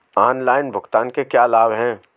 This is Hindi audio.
ऑनलाइन भुगतान के क्या लाभ हैं?